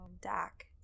Dak